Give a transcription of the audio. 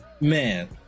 man